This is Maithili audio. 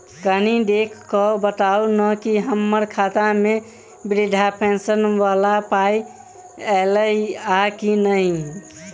कनि देख कऽ बताऊ न की हम्मर खाता मे वृद्धा पेंशन वला पाई ऐलई आ की नहि?